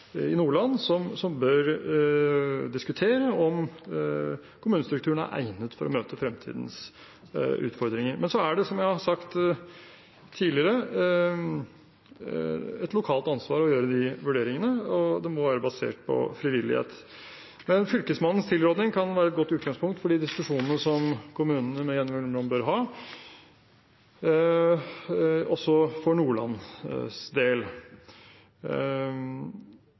Nordland som bør diskutere om kommunestrukturen er egnet for å møte fremtidens utfordringer. Men så er det, som jeg har sagt tidligere, et lokalt ansvar å gjøre de vurderingene, og det må være basert på frivillighet. Men Fylkesmannens tilråding kan være et godt utgangspunkt for de diskusjonene som kommunene med jevne mellomrom bør ha, også for Nordlands del.